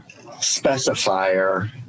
specifier